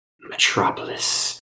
Metropolis